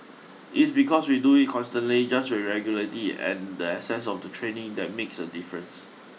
its because we do it constantly just with regularity and the access of the training that makes a difference